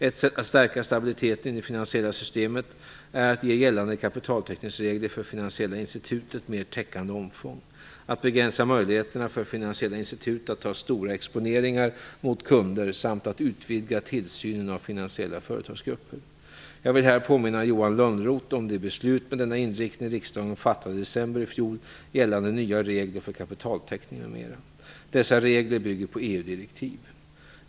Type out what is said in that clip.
Ett sätt att stärka stabiliteten i det finansiella systemet är att ge gällande kapitaltäckningsregler för finansiella institut ett mer täckande omfång, att begränsa möjligheterna för finansiella institut att ta stora exponeringar mot kunder samt att utvidga tillsynen av finansiella företagsgrupper. Jag vill här påminna Johan Lönnroth om de beslut med denna inriktning riksdagen fattade i december i fjol, gällande nya regler för kapitaltäckning m.m. Dessa regler bygger på EU-direktiv.